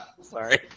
Sorry